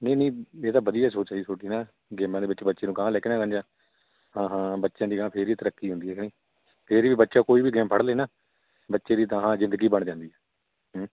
ਨਹੀਂ ਨਹੀਂ ਇਹ ਤਾਂ ਵਧੀਆ ਸੋਚ ਹੈ ਜੀ ਤੁਹਾਡੀ ਨਾ ਗੇਮਾਂ ਦੇ ਵਿੱਚ ਬੱਚੇ ਨੂੰ ਅਗਾਂਹ ਲੈ ਕੇ ਹਾਂ ਹਾਂ ਬੱਚਿਆਂ ਦੀ ਅਗਾਂਹ ਫਿਰ ਵੀ ਤਰੱਕੀ ਹੁੰਦੀ ਆ ਕਿ ਨਹੀਂ ਫਿਰ ਵੀ ਬੱਚਾ ਕੋਈ ਵੀ ਗੇਮ ਫੜ ਲੇ ਨਾ ਬੱਚੇ ਦੀ ਅਗਾਂਹਾਂ ਜ਼ਿੰਦਗੀ ਬਣ ਜਾਂਦੀ